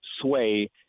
sway